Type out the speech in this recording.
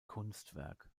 kunstwerk